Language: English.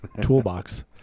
toolbox